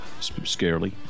scarily